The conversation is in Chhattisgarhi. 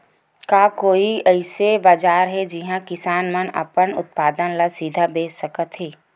का कोई अइसे बाजार हे जिहां किसान मन अपन उत्पादन ला सीधा बेच सकथे?